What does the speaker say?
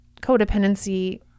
codependency